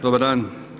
Dobar dan.